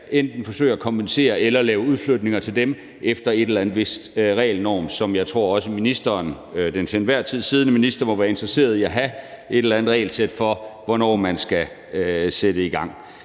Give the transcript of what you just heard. enten skal forsøge at kompensere eller lave udflytninger til dem efter en vis norm, som jeg også tror den til enhver tid siddende minister må være interesseret i at have et eller andet regelsæt for hvornår man skal sætte i gang.